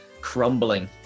crumbling